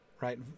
right